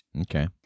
okay